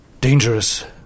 dangerous